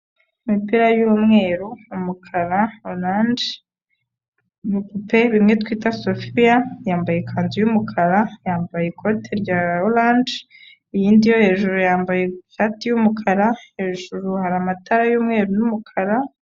Imipira y'umweru, umukara, orange. Ibipupe bimwe pemwe twita Sofiya, yambaye ikanzu y'umukara, yambaye ikote rya orange, iyindi yo hejuru yambaye ishati y'umukara, hejuru hari amatara y'umweru n'umukara.